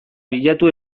bilatu